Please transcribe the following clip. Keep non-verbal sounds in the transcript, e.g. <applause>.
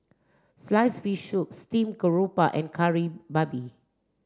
sliced fish <unintelligible> Steamed Garoupa and Kari Babi